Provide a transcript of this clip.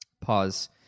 Pause